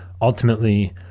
ultimately